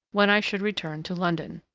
when i should return to london.